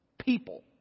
People